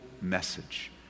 message